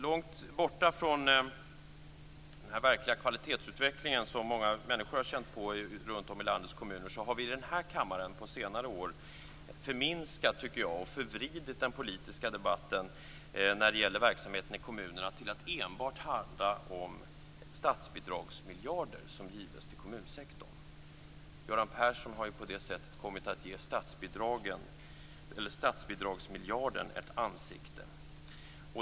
Långt borta från den verkliga kvalitetsutveckling som många människor har känt av ute i landets kommuner har vi i den här kammaren på senare år förminskat och förvridit den politiska debatten när det gäller verksamheten i kommunerna till att enbart handla om de statsbidragsmiljarder som ges till kommunsektorn. Göran Persson har på det sättet kommit att ge statsbidragsmiljarden ett ansikte.